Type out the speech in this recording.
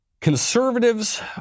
Conservatives